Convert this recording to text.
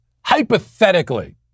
hypothetically